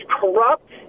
corrupt